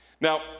Now